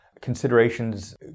Considerations